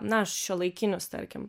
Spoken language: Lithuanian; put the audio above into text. na šiuolaikinius tarkim